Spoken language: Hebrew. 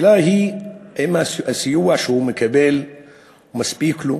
השאלה היא: האם הסיוע שהוא מקבל מספיק לו